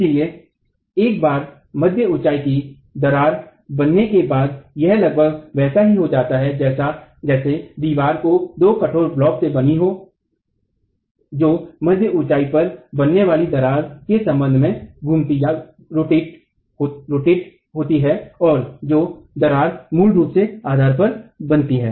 इसलिए एक बार मध्य ऊंचाई की दरार बनने के बाद यह लगभग वैसा ही होता है जैसे दीवार दो कठोर ब्लॉकों से बनी होती है जो मध्य ऊंचाई पर बनने वाली दरार के सम्बन्ध में घूमती है और जो दरार मूल रूप से आधार पर ही बनती है